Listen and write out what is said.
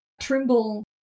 Trimble